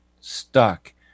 stuck